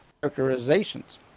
characterizations